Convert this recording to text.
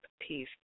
Peace